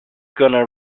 gonna